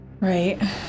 Right